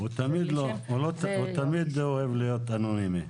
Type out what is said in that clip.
הוא תמיד אוהב להיות אנונימי.